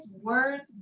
Words